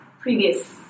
previous